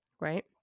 Right